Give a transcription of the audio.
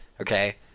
okay